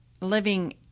living